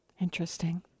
Interesting